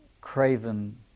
craven